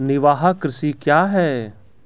निवाहक कृषि क्या हैं?